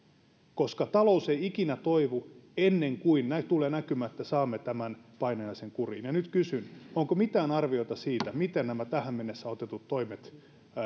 talous ei ikinä toivu ennen kuin tulee näkymä että saamme tämän painajaisen kuriin nyt kysyn onko mitään arviota siitä miten nämä tähän mennessä otetut toimet